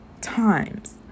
times